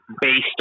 based